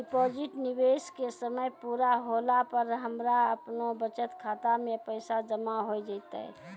Deposit निवेश के समय पूरा होला पर हमरा आपनौ बचत खाता मे पैसा जमा होय जैतै?